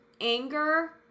anger